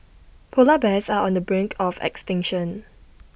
Polar Bears are on the brink of extinction